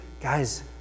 guys